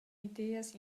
ideas